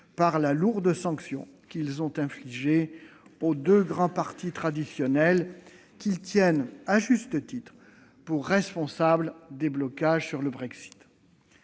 par la lourde sanction qu'ils ont infligée aux deux grands partis traditionnels, qu'ils tiennent- à juste titre -pour responsables des blocages sur le Brexit.